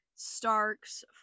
Stark's